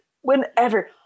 Whenever